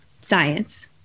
science